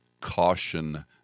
caution